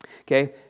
Okay